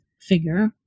figure